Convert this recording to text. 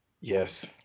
Yes